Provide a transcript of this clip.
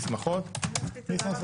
הישיבה ננעלה בשעה 12:35.